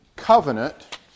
covenant